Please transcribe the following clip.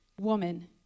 woman